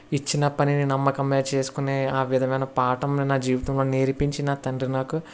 ఇచ్చిన పనిని నమ్మకంగా చేసుకునే ఆ విధమైన పాఠంని నా జీవితంలో నేర్పించి నా తండ్రి నాకు